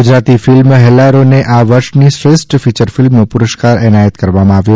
Gujarati film હેલ્લારોને આ વર્ષની શ્રેષ્ઠ ફિયર ફિલ્મનો પુરસ્કાર એનાયત કરવામાં આવ્યા